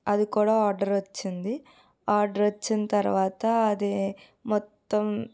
అది కూడా ఆర్డర్ వచ్చింది ఆర్డర్ వచ్చిన తర్వాత అది మొత్తం